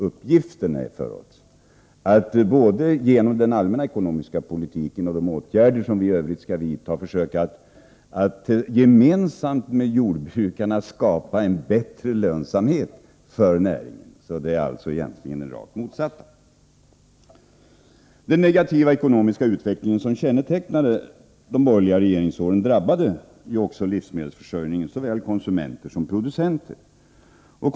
Uppgiften för oss är att både genom den allmänna ekonomiska politiken och genom de åtgärder i övrigt som vi vidtar försöka att gemensamt med jordbrukarna skapa en bättre lönsamhet för näringen — egentligen alltså det rakt motsatta. Den negativa ekonomiska utveckling som kännetecknade de borgerliga regeringsåren drabbade också livsmedelsförsörjningen, såväl konsumenterna som producenterna.